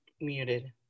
muted